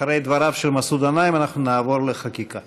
אחרי דבריו של מסעוד גנאים אנחנו נעבור לחקיקה.